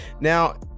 Now